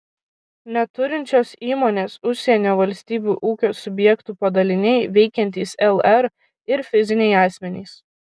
neturinčios įmonės užsienio valstybių ūkio subjektų padaliniai veikiantys lr ir fiziniai asmenys